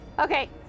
Okay